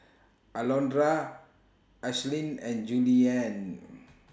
Alondra Ashlyn and Juliann